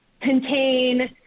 contain